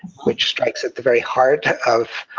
which strikes at the very heart of